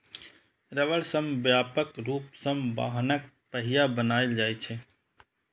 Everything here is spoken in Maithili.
रबड़ सं व्यापक रूप सं वाहनक पहिया बनाएल जाइ छै